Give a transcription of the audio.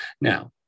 Now